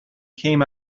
came